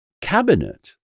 cabinet